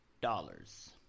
Dollars